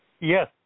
Yes